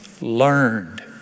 Learned